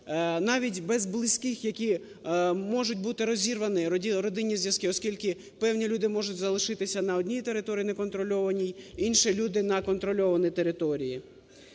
навіть без близьких, які можуть бути розірвані родинні зв'язки, оскільки певні люди можуть залишитися на одній території неконтрольованій, інші люди - на контрольованій території.